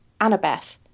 Annabeth